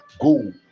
go